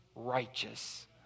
righteous